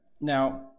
now